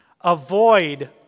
Avoid